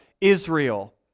Israel